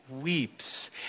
weeps